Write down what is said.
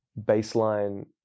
baseline